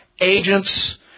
Agents